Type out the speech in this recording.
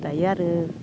दायो आरो